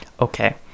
Okay